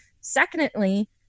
Secondly